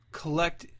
collect